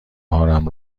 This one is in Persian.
بارم